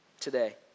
today